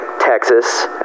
Texas